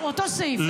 לאותו סעיף,